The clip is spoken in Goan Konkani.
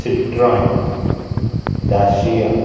सिट्रायन धाशीया